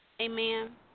Amen